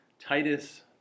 Titus